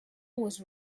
was